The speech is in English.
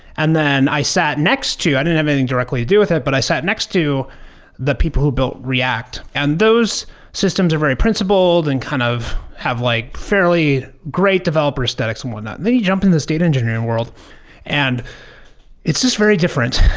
and then i sat next to i didn't have anything directly to do with it, but i sat next to the people who built react. and those systems are very principled and kind of have like fairly great developer aesthetics and whatnot. they jumped in this data engineering world and it's just very different.